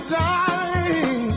darling